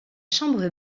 chambre